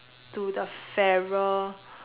to the fairer